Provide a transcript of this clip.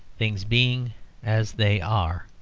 things being as they are.